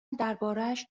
دربارهاش